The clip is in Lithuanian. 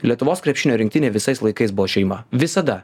lietuvos krepšinio rinktinė visais laikais buvo šeima visada